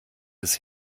des